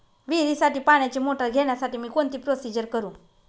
विहिरीसाठी पाण्याची मोटर घेण्यासाठी मी कोणती प्रोसिजर करु?